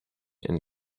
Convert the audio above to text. and